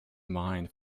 mind